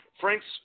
Frank's